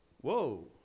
Whoa